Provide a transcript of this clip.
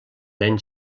nen